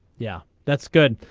yeah that's good.